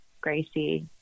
Gracie